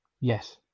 yes